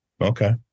okay